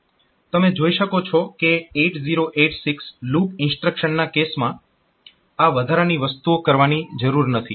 તમે જોઈ શકો છો કે 8086 લૂપ ઇન્સ્ટ્રક્શનના કેસમાં આ વધારાની વસ્તુઓ કરવાની જરૂર નથી